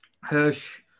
Hirsch